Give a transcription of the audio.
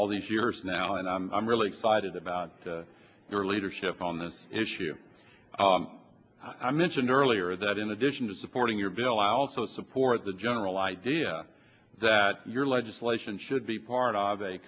all these years now and i'm really excited about their leadership on this issue i mentioned earlier that in addition to supporting your bill i also support the general idea that your legislation should be part of a